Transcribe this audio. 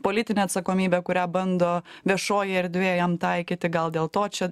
politinė atsakomybė kurią bando viešojoj erdvėj jam taikyti gal dėl to čia